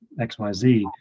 xyz